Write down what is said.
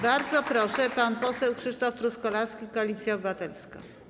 Bardzo proszę, pan poseł Krzysztof Truskolaski, Koalicja Obywatelska.